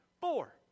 Four